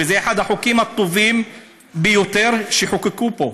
וזה אחד החוקים הטובים ביותר שחוקקו פה.